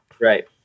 Right